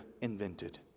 invented